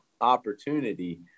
opportunity